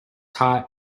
hot